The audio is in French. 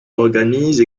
organise